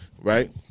Right